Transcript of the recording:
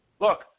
Look